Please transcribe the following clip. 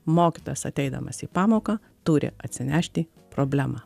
mokytojas ateidamas į pamoką turi atsinešti problemą